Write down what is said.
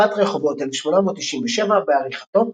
מפת רחובות, 1897 בעריכתו.